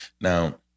Now